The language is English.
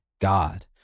God